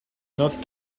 not